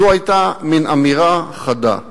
זו היתה מין אמירה חדה.